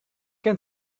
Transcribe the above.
gen